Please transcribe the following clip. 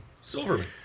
silverman